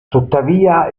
tuttavia